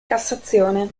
cassazione